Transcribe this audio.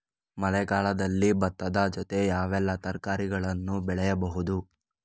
ಮಳೆಗಾಲದಲ್ಲಿ ಭತ್ತದ ಜೊತೆ ಯಾವೆಲ್ಲಾ ತರಕಾರಿಗಳನ್ನು ಬೆಳೆಯಬಹುದು?